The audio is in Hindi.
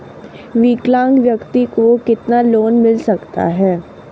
विकलांग व्यक्ति को कितना लोंन मिल सकता है?